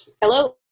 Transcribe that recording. Hello